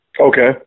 Okay